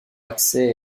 accès